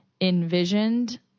envisioned